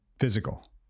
Physical